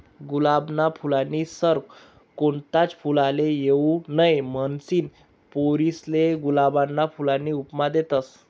गुलाबना फूलनी सर कोणताच फुलले येवाऊ नहीं, म्हनीसन पोरीसले गुलाबना फूलनी उपमा देतस